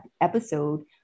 episode